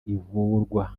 ivurwa